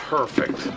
Perfect